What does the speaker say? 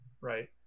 right